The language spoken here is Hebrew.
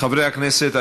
חברי הכנסת,